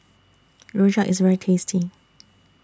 Rojak IS very tasty